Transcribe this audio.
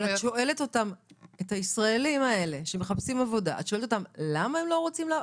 אבל את שואלת את הישראלים האלה שמחפשים עבודה למה הם לא רוצים לעבוד?